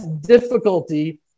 difficulty